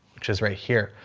which is right here.